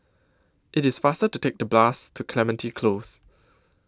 IT IS faster to Take The Bus to Clementi Close